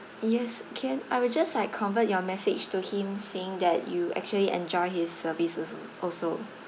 yes can I will just like convert your message to him saying that you actually enjoy his services also